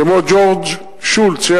כמו ג'ורג' שולץ,